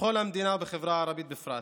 בכל המדינה ובחברה הערבית בפרט?